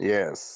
Yes